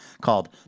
called